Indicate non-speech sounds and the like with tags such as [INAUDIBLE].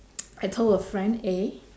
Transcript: [NOISE] I told a friend eh